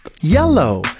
yellow